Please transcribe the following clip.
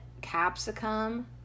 capsicum